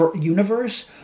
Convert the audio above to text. universe